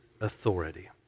authority